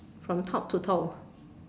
from top to toe